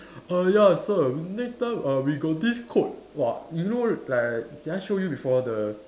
err ya sir next time uh we got this code !wah! you know like did I show you before the